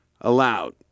Allowed